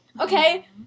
Okay